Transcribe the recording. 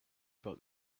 about